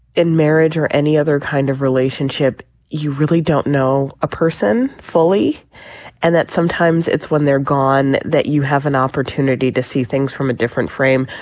in marriage or any other kind of relationship you really don't know a person fully and that sometimes it's when they're gone that you have an opportunity to see things from a different frame.